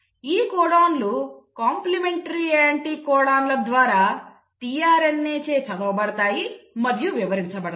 ఈ కోడాన్లు కాంప్లిమెంటరీ యాంటీకోడాన్ల ద్వారా tRNA చే చదవబడతాయి మరియు వివరించబడతాయి